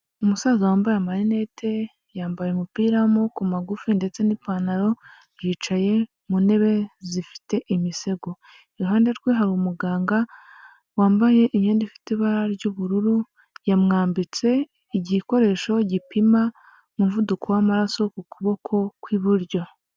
Umusaza wambaye amarinete yambaye umupira w'amaboko magufi ndetse n'ipantaro, yicaye mu ntebe zifite imisego, iruhande rwe hari umuganga wambaye imyenda ifite ibara ry'ubururu, yamwambitse igikoresho gipima umuvuduko w'amaraso ku kuboko kw'iburyo.